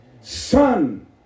Son